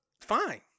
fine